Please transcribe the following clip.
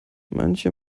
manche